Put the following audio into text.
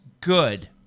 good